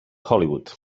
hollywood